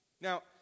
Now